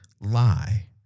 lie